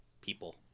people